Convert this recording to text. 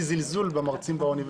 נשמע צליל זלזול במרצים באוניברסיטה.